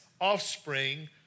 offspring